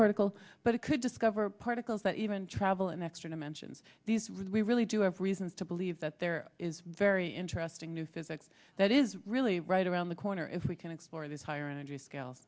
particle but it could discover particles that even travel in extra dimensions these really we really do have reasons to believe that there is very interesting new physics that is really right around the corner if we can explore these higher energy scales